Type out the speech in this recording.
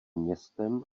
městem